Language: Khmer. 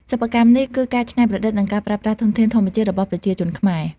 សិប្បកម្មនេះគឺ ការច្នៃប្រឌិតនិងការប្រើប្រាស់ធនធានធម្មជាតិរបស់ប្រជាជនខ្មែរ។